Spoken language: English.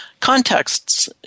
contexts